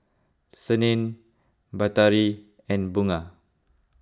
Senin Batari and Bunga